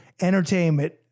entertainment